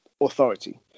authority